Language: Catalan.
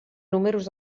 números